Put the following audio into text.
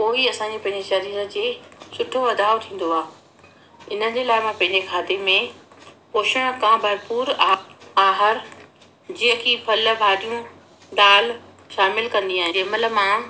पोइ ई असांजे पंहिंजे शरीर जे सुठो वधाव थींदो आहे इनजे लाइ मां पंहिंजे खाते में पोषण का भरपूर आहे आहार जीअं कि फ़ल भाॼियूं दाल शामिलु कंदी आहियां जंहिं महिल मां